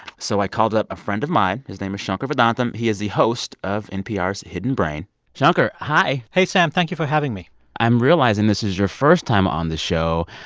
so i called up a friend of mine. his name is shankar vedantam. he is the host of npr's hidden brain shankar, hi hey, sam. thank you for having me i'm realizing this is your first time on the show,